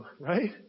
right